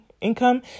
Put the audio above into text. income